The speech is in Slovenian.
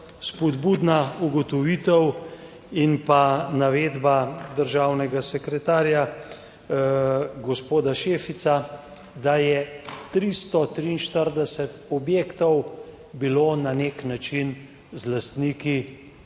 Spodbudna ugotovitev in pa navedba državnega sekretarja, gospoda Šefica, da je 343 objektov bilo na nek način z lastniki